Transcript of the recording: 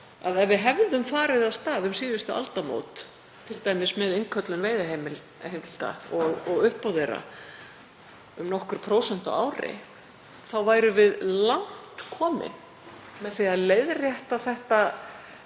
ef við hefðum farið af stað um síðustu aldamót, t.d. með innköllun veiðiheimilda og uppboð þeirra um nokkur prósent á ári þá værum við langt komin með að leiðrétta þetta